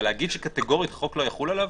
אבל להגיד שקטגורית החוק לא יחול עליו?